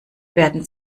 werden